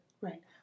Right